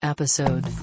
Episode